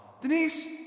Denise